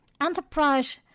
Enterprise